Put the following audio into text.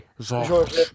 George